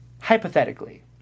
Hypothetically